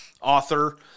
author